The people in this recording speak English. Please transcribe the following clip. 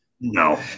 No